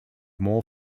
more